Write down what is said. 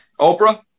Oprah